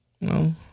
No